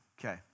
Okay